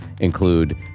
include